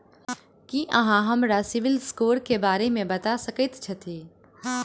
की अहाँ हमरा सिबिल स्कोर क बारे मे बता सकइत छथि?